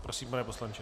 Prosím, pane poslanče.